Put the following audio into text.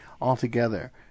altogether